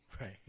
Right